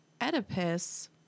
Oedipus